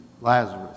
Lazarus